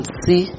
see